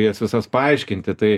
jas visas paaiškinti tai